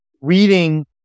reading